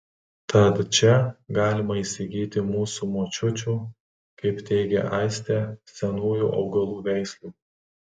tad čia galima įsigyti mūsų močiučių kaip teigia aistė senųjų augalų veislių